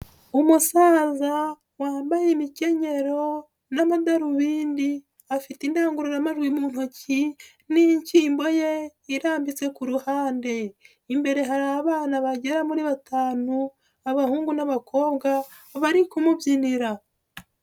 Umusaza wambaye imikenyero n'amadarubindi afite indangururamajwi mu ntoki n'ishyimbo ye irambitse ku ruhande imbere hari abana bagera kuri batanu abahungu n'abakobwa bari kumubyinira.